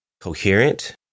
coherent